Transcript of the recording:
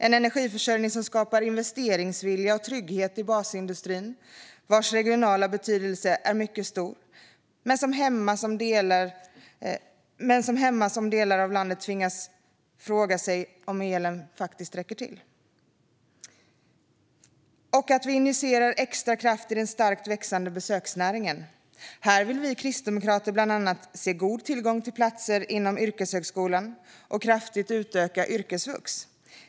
Energiförsörjning skapar investeringsvilja och trygghet i basindustrin, vars regionala betydelse är mycket stor men som hämmas när delar av landet tvingas fråga sig om elen räcker till. Att injicera extra kraft i den starkt växande besöksnäringen. Här vill vi kristdemokrater bland annat se god tillgång till platser inom yrkeshögskolan och kraftigt utökad yrkesvux.